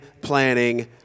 planning